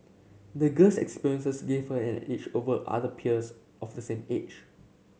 the girl's experiences gave her an edge over other peers of the same age